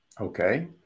Okay